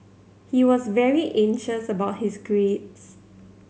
he was very anxious about his grades